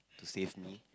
to save me